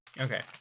Okay